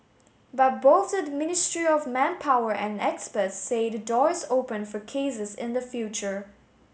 but both the Ministry of Manpower and experts say the door is open for cases in the future